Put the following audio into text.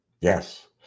yes